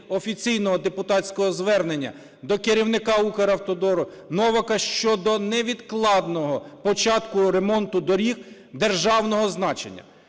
офіційного депутатського звернення до керівника Укравтодору Новака щодо невідкладного початку ремонту доріг державного значення.